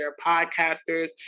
podcasters